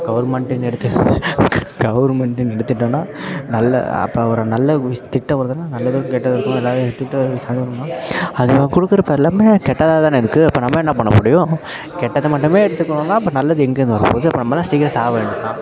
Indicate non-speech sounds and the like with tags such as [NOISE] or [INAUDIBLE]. கவர்மெண்ட்டுன்னு எடுத்துக்கிட்டு கவர்மெண்ட்டுன்னு எடுத்துகிட்டோன்னா நல்ல அப்போ ஒரு நல்ல விஷ் திட்டம் வருதுனால் நல்லதோ கெட்டதோ இருக்கும் எல்லாமே எடுத்துக்கிட்டு [UNINTELLIGIBLE] அது நம்ம கொடுக்குற இப்போ எல்லாமே கெட்டதாக தானே இருக்கு அப்போ நம்ம என்ன பண்ண முடியும் கெட்டது மட்டுமே எடுத்துக்கணுன்னா அப்போ நல்லது எங்கே இருந்து வர போகுது அப்போ நம்மளாம் சீக்கிரம் சாக வேண்டி தான்